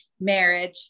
marriage